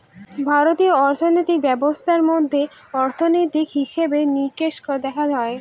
ভারতীয় অর্থিনীতি ব্যবস্থার মধ্যে অর্থনীতি, হিসেবে নিকেশ দেখা হয়